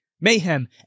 Mayhem